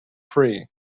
free